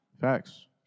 Facts